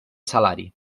salari